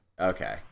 Okay